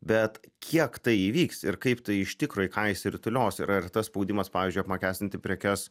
bet kiek tai įvyks ir kaip tai iš tikro į ką išsirutulios ir ar tas spaudimas pavyzdžiui apmokestinti prekes